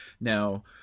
now